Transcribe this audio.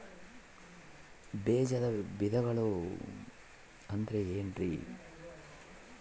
ಬೇಜದ ವಿಧಗಳು ಅಂದ್ರೆ ಏನ್ರಿ?